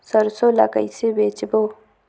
सरसो ला कइसे बेचबो?